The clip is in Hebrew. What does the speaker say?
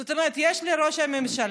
זאת אומרת, יש לי ראש ממשלה,